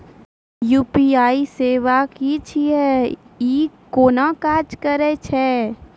UPI सेवा की छियै? ई कूना काज करै छै?